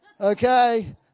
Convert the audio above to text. Okay